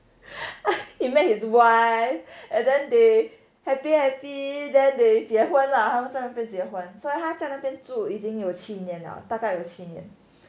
he met his wife and then they happy happy then they 结婚啦他们在那边结婚所以他在那边住已经有七年了大概有七年